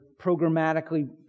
programmatically